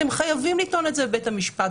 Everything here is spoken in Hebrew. אתם חייבים לטעון את זה בבית המשפט,